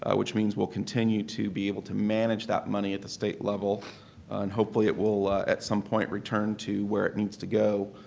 ah which means we'll continue to be able to manage that money at the state level and hopefully it will at some point return to where it needs to go,